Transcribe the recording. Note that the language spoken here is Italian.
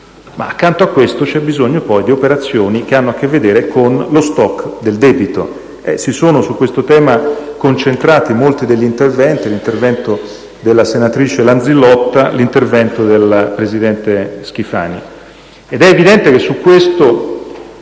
Accanto a questo, però, c'è bisogno poi di operazioni che hanno a che vedere con lo *stock* del debito. Si sono, su questo tema, concentrati molti degli interventi, ad esempio l'intervento della senatrice Lanzillotta e l'intervento del presidente Schifani,